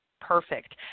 Perfect